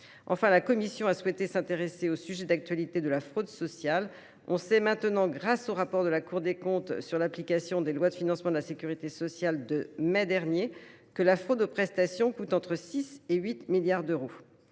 Enfin, la commission a souhaité s’intéresser au sujet d’actualité de la fraude sociale. On sait maintenant, grâce au rapport de la Cour des comptes sur l’application des lois de financement de la sécurité sociale de mai dernier, que la fraude aux prestations coûte entre 6 milliards et 8 milliards d’euros.